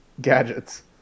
gadgets